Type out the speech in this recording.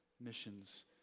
missions